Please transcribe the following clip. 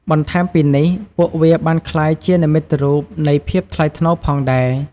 បន្ថែមពីនេះ ពួកវាបានក្លាយជានិមិត្តរូបនៃភាពថ្លៃថ្នូរផងដែរ។